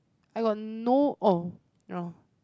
I got no oh you know